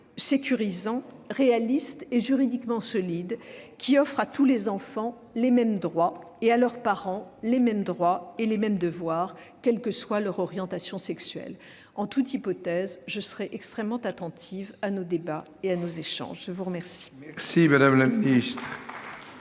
sécurisant, réaliste et juridiquement solide, qui offre à tous les enfants les mêmes droits et à leurs parents les mêmes droits et les mêmes devoirs, quelle que soit leur orientation sexuelle. En toute hypothèse, je serai extrêmement attentive à nos débats et à nos échanges. La parole